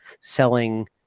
selling